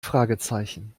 fragezeichen